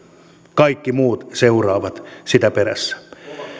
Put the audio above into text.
kaikki muut seuraavat sitä perässä